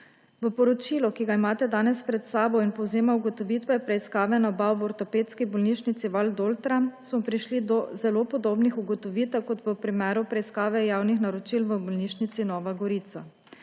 V poročilu, ki ga imate danes pred seboj in povzema ugotovitve preiskave nabav v Ortopedski bolnišnici Valdoltra, smo prišli do zelo podobnih ugotovitev kot v primeru preiskave javnih naročil v bolnišnici Nova Gorica.